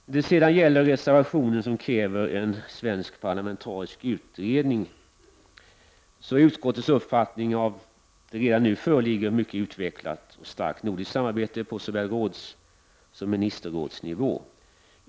När det gäller reservation 2 som kräver en svensk parlamentarisk utredning är det utskottets uppfattning att det redan nu föreligger ett mycket ut vecklat och starkt nordiskt samarbete på såväl rådssom ministerrådsnivå.